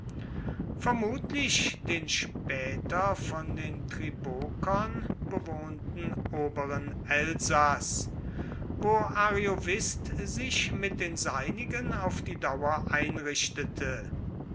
vermutlich den später von den tribokern bewohnten oberen elsaß wo ariovist sich mit den seinigen auf die dauer einrichtete